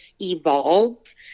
evolved